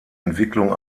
entwicklung